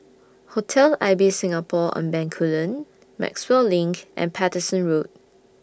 Hotel Ibis Singapore on Bencoolen Maxwell LINK and Paterson Road